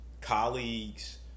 colleagues